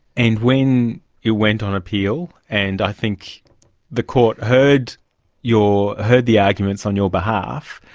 and when you went on appeal and i think the court heard your, heard the arguments on your behalf,